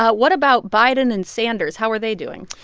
what about biden and sanders, how are they doing?